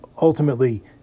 ultimately